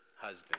husband